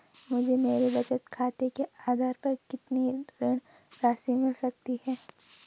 मुझे मेरे बचत खाते के आधार पर कितनी ऋण राशि मिल सकती है?